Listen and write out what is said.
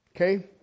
Okay